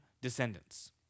descendants